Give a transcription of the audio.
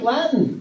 Latin